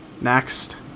Next